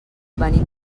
venim